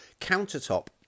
countertop